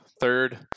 third